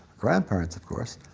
grandparents, of course,